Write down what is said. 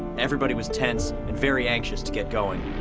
everybody was tense and very anxious to get going.